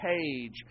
page